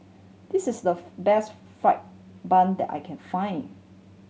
this is the best fried bun that I can find